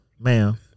Ma'am